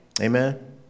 Amen